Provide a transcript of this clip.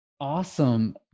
Awesome